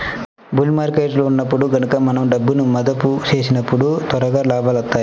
bull మార్కెట్టులో ఉన్నప్పుడు గనక మనం డబ్బును మదుపు చేసినప్పుడు త్వరగా లాభాలొత్తాయి